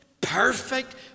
perfect